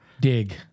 Dig